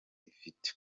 ifite